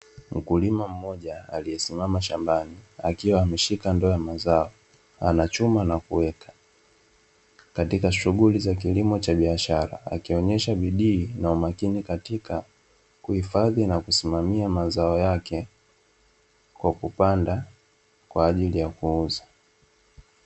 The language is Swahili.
Mkulima mmoja, aliyesimama shambani akiwa ameshika ndoo ya mazao, anachuma na kuweka katika shughuli za kilimo cha biashara, akionyesha bidii na umakini katika kuhifadhi na kusimamia mazao yake kwa kupanda kwa ajili ya kuuza.